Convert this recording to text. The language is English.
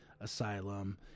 Asylum